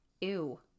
ew